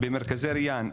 משתתפות במרכזי ריאן,